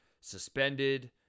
suspended